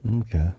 Okay